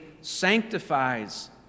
sanctifies